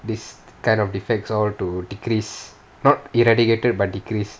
these kind of defects all to decrease not eradicated but decrease